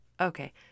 Okay